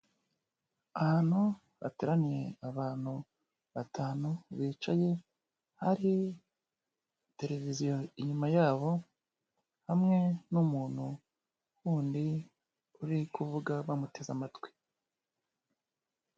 Ahantu hateraniye abantu batanu bicaye, hari tereviziyo inyuma yabo, hamwe n'umuntu wundi uri kuvuga bamuteze amatwi.